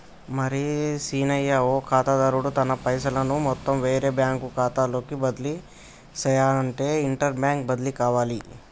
మరి సీనయ్య ఓ ఖాతాదారుడు తన పైసలను మొత్తం వేరే బ్యాంకు ఖాతాలోకి బదిలీ సెయ్యనఅంటే ఇంటర్ బ్యాంక్ బదిలి కావాలి